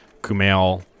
Kumail